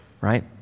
right